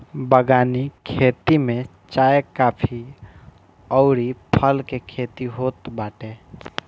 बगानी खेती में चाय, काफी अउरी फल के खेती होत बाटे